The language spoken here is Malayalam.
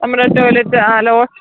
നമ്മുടെ ടോയ്ലെറ്റ് ആ ഹലോ